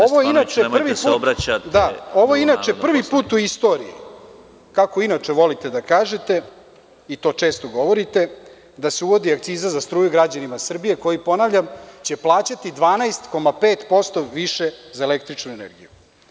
Ovo je inače prvi put u istoriji, kako inače volite da kažete i to često govorite, da se uvodi akciza za struju građanima Srbije koji, ponavljam, će plaćati 12,5% više za električnu energiju.